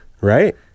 right